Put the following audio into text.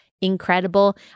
incredible